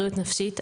בריאות נפשית,